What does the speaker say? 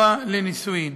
נישואים.